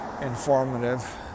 informative